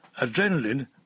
Adrenaline